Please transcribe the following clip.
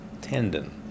tendon